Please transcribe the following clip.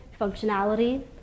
functionality